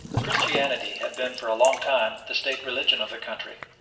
christianity had been for a long time the state religion of the country,